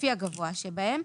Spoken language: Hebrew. לפי הגבוה שבהם,